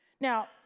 Now